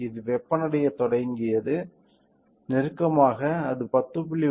இது வெப்பமடையத் தொடங்கியது நெருக்கமாக அது 10